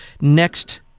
next